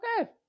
okay